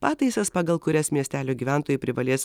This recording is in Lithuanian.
pataisas pagal kurias miestelio gyventojai privalės